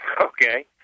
Okay